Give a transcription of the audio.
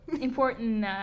important